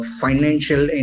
financial